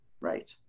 right